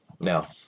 Now